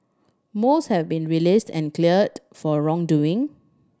most have been released and cleared for wrongdoing